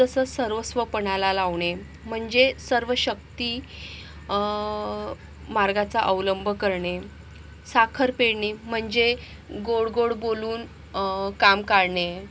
जसं सर्वस्व पणाला लावणे म्हणजे सर्व शक्ती मार्गाचा अवलंब करणे साखर पेरणे म्हणजे गोड गोड बोलून काम काढणे